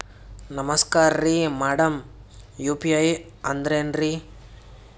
ನಮಸ್ಕಾರ್ರಿ madam UPI ಅಂದ್ರೆನ್ರಿ?